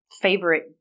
favorite